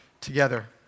together